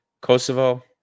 Kosovo